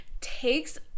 takes